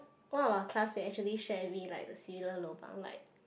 one of our classmate actually share with me like the lobang like